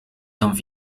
dan